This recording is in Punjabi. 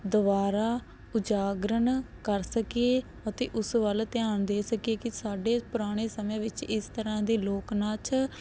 ਦੁਬਾਰਾ ਉਜਾਗਰ ਕਰ ਸਕੀਏ ਅਤੇ ਉਸ ਵੱਲ ਧਿਆਨ ਦੇ ਸਕੀਏ ਕਿ ਸਾਡੇ ਪੁਰਾਣੇ ਸਮੇਂ ਵਿੱਚ ਇਸ ਤਰ੍ਹਾਂ ਦੇ ਲੋਕ ਨਾਚ